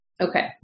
Okay